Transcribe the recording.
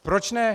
Proč ne?